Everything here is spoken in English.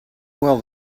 well